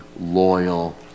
loyal